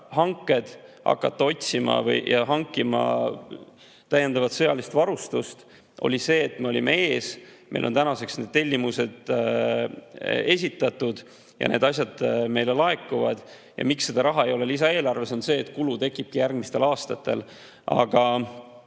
hakata otsima ja hankima täiendavat sõjalist varustust [näitab], et me olime ees. Meil on tänaseks need tellimused esitatud ja need asjad meile laekuvad. Miks seda raha ei ole lisaeelarves? Põhjus on see, et kulu tekibki järgmistel aastatel. Aga